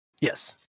Yes